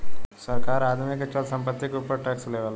सरकार आदमी के चल संपत्ति के ऊपर टैक्स लेवेला